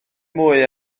mwy